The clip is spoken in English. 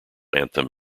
anthem